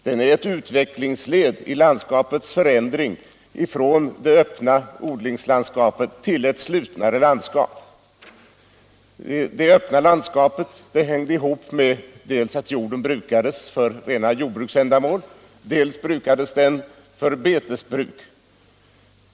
Den är ett utvecklingsled i landskapets förändring från det öppna odlingslandskapet till ett slutnare landskap. Det öppna landskapet hängde ihop med att jorden brukades dels för rena jordbruksändamål, dels för bete.